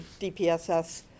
DPSS